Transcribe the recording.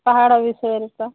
ପାହାଡ଼ ବିଷୟରେ ତ